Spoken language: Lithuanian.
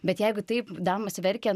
bet jeigu taip damas verkia